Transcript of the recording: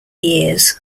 years